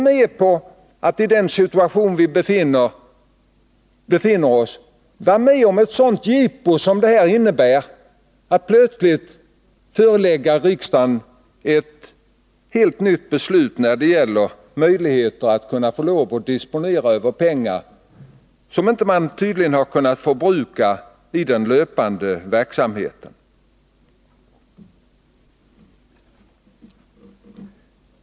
Men i den situation där landet befinner sig är vi inte heller med på ett sådant jippo som det innebär att plötsligt förelägga riksdagen ett helt nytt förslag när det gäller möjligheterna att disponera över pengar som man tydligen inte kunnat förbruka i den löpande verksamheten.